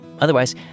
Otherwise